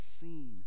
seen